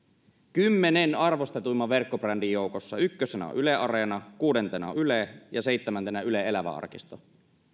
kymmenen arvostetuimman verkkobrändin joukossa ykkösenä on yle areena kuudentena yle ja seitsemäntenä ylen elävä arkisto ei